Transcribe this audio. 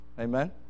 amen